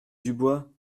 dubois